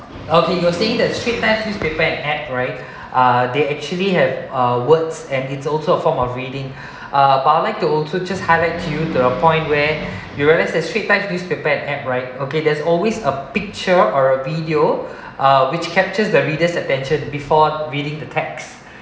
okay you were saying that strait times who's prepared an app right uh they actually have uh words and it's also a form of reading uh but I would like to also just highlight you to a point where you realise that strait times newspaper an app right okay there's always a picture or a video uh which captures the reader's attention before reading the text